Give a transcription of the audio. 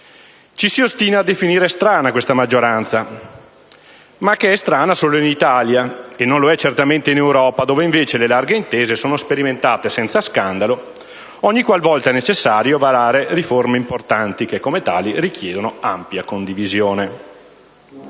Ci si ostina a definire strana questa maggioranza, ma essa è strana solo in Italia, e non certamente in Europa dove, invece, le larghe intese sono sperimentate senza scandalo ogni qual volta è necessario varare riforme importanti che, come tali, richiedono ampia condivisione.